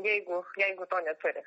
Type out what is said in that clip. jeigu jeigu to neturi